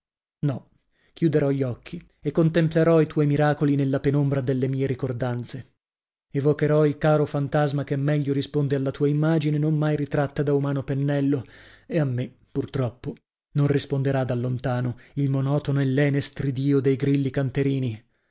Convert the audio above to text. no chiuderò gli occhi e contemplerò i tuoi miracoli nella penombra delle mie ricordanze evocherò il caro fantasma che meglio risponde alla tua immagine non mai ritratta da umano pennello e a me pur troppo non risponderà da lontano il monotono e lene stridìo dei grilli canterini